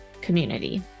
community